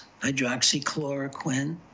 hydroxychloroquine